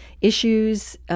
issues